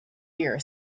year